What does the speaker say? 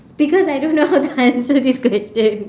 because I don't know how to answer this question